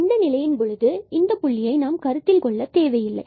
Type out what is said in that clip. எனவே இந்த நிலையின் பொழுது இந்த புள்ளியை நாம் கருத்தில் கொள்ளத் தேவையில்லை